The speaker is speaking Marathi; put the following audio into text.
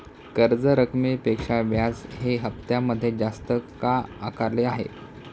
कर्ज रकमेपेक्षा व्याज हे हप्त्यामध्ये जास्त का आकारले आहे?